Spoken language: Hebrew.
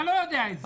אתה לא יודע את זה.